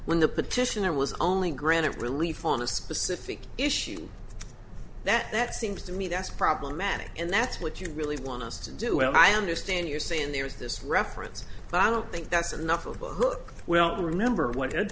when the petitioner was only granite relief on a specific issue that seems to me that's problematic and that's what you really want us to do and i understand you're saying there is this reference but i don't think that's enough of a hook well to remember what it